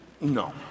no